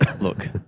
Look